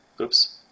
Oops